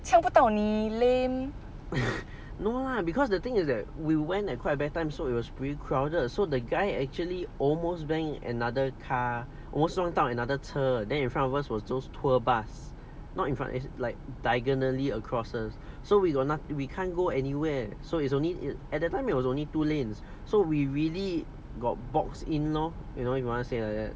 枪不到你 lame